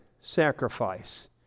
sacrifice